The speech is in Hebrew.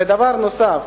ודבר נוסף: